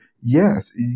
Yes